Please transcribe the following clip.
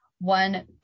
one